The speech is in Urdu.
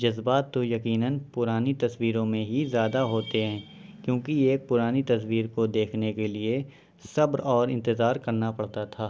جذبات تو یقیناً پرانی تصویروں میں ہی زیادہ ہوتے ہیں کیونکہ یہ ایک پرانی تصویر کو دیکھنے کے لیے صبر اور انتظار کرنا پڑتا تھا